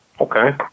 Okay